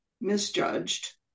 misjudged